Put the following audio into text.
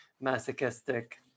masochistic